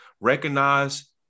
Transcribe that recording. recognize